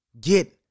get